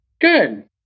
Good